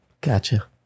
Gotcha